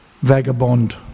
vagabond